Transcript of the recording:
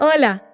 Hola